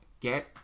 get